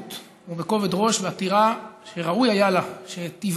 באריכות ובכובד ראש בעתירה שראוי היה לה שתיבעט,